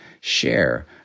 share